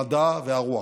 המדע והרוח.